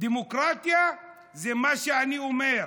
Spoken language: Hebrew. דמוקרטיה זה מה שאני אומר,